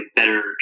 better